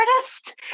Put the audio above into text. artist